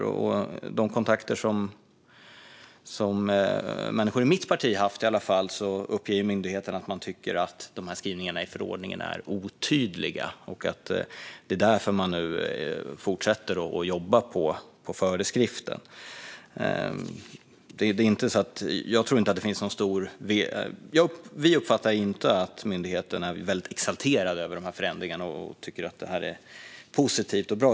I alla fall vid kontakter som människor i mitt parti har haft uppger myndigheten att man tycker att skrivningarna i förordningen är otydliga och att det är därför man nu fortsätter att jobba på föreskriften. Vi uppfattar inte att myndigheten är väldigt exalterad över förändringarna och tycker att detta är positivt och bra.